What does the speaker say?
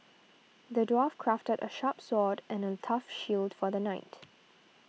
the dwarf crafted a sharp sword and a tough shield for the knight